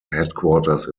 headquarters